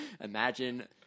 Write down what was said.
Imagine